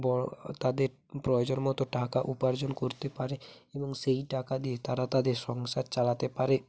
বড় তাদের প্রয়োজন মতো টাকা উপার্জন করতে পারে এবং সেই টাকা দিয়ে তারা তাদের সংসার চালাতে পারে